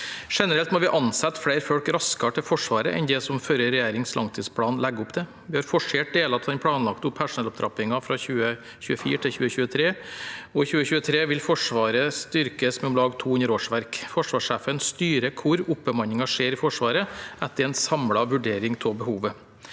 Generelt må vi ansette flere folk raskere i Forsvaret enn det som forrige regjerings langtidsplan legger opp til. Vi har forsert deler av den planlagte personellopptrappingen, fra 2024 til 2023, og i 2023 vil Forsvaret styrkes med om lag 200 årsverk. Forsvarssjefen styrer hvor oppbemanningen skjer i Forsvaret, etter en samlet vurdering av behovet.